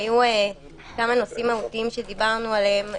היו כמה נושאים מהותיים שדיברנו עליהם,